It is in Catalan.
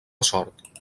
sort